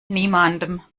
niemandem